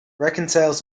reconciles